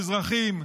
האזרחים,